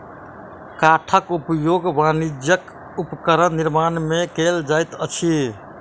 काठक उपयोग वाणिज्यक उपकरण निर्माण में कयल जाइत अछि